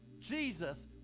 Jesus